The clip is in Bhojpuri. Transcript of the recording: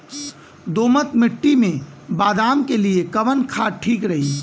दोमट मिट्टी मे बादाम के लिए कवन खाद ठीक रही?